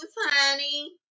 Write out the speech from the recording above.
honey